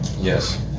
Yes